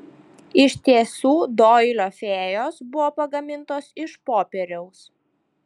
iš tiesų doilio fėjos buvo pagamintos iš popieriaus